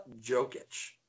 Jokic